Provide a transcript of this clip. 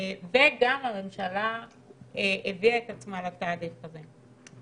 וגם הממשלה הביאה את עצמה לתהליך הזה.